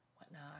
whatnot